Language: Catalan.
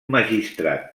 magistrat